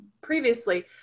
previously